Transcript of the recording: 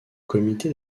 comité